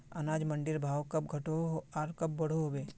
अनाज मंडीर भाव कब घटोहो आर कब बढ़ो होबे?